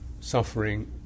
suffering